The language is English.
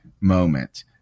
moment